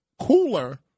cooler